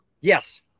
Yes